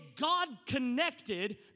God-connected